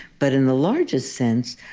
but in the larger sense,